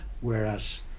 whereas